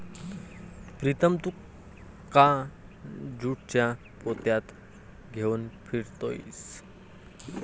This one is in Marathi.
प्रीतम तू का ज्यूटच्या पोत्या घेऊन फिरतोयस